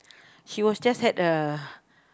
she was just at a